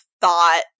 thought